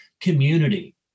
community